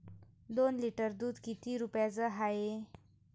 दोन लिटर दुध किती रुप्याचं हाये?